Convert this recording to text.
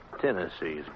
Tennessee's